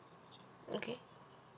okay